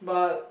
but